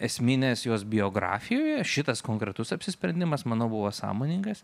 esminės jos biografijoje šitas konkretus apsisprendimas manau buvo sąmoningas